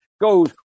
goes